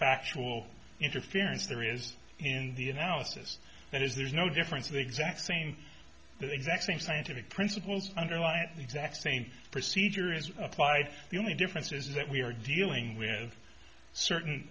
factual interference there is in the analysis that is there's no difference in the exact same the exact same scientific principles underlying the exact same procedure is applied the only difference is that we are dealing with certain